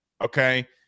okay